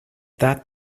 that